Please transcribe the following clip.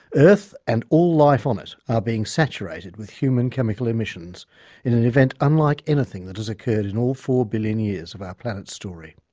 earth and all life on it are being saturated with human chemical emissions in an event unlike anything which has occurred in all four billion years of our planet's story.